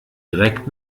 direkt